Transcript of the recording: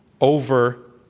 over